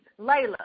Layla